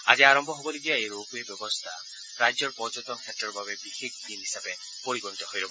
আজি আৰম্ভ হ'বলগীয়া এই ৰ'পৱে ব্যৱস্থা ৰাজ্যৰ পৰ্যটন ক্ষেত্ৰৰ বাবে বিশেষ দিন হিচাপে পৰিগণিত হৈ ৰ'ব